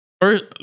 first